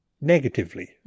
negatively